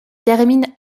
termine